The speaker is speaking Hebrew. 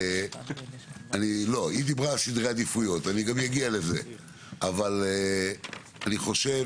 היא דיברה על סדרי עדיפויות ואני גם אגיע לזה אבל אני חושב